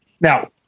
Now